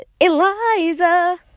Eliza